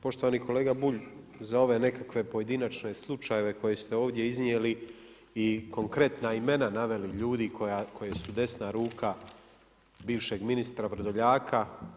Poštovani kolega Bulj, za ove nekakve pojedinačne slučajeve koje ste ovdje iznijeli i konkretna imena naveli ljudi koji su desna ruka bivšeg ministra Vrdoljaka.